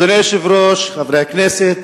אדוני היושב-ראש, חברי הכנסת,